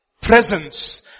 presence